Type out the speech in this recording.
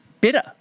better